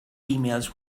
emails